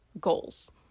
goals